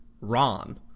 Ron